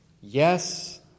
Yes